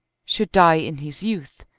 should die in his youth,